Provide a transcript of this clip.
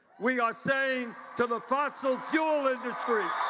we are saying to the fossil fuel industry,